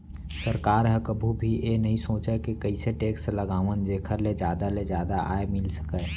सरकार ह कभू भी ए नइ सोचय के कइसे टेक्स लगावन जेखर ले जादा ले जादा आय मिल सकय